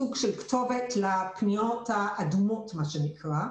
סוג של כתובת לפניות האדומות, כפי שזה נקרא,